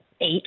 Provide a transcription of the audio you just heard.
eight